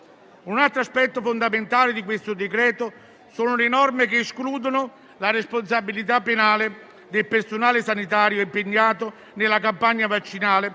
Un altro aspetto fondamentale di questo decreto-legge sono le norme che escludono la responsabilità penale del personale sanitario impegnato nella campagna vaccinale